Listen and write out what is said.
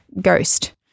ghost